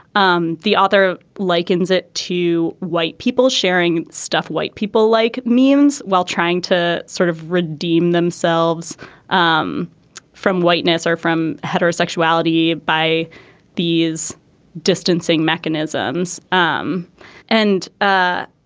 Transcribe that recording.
um the author likens it to white people sharing stuff white people like means while trying to sort of redeem themselves um from whiteness or from heterosexuality by these distancing mechanisms um and ah